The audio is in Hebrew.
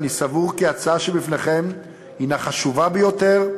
אני סבור כי ההצעה שבפניכם הנה חשובה ביותר.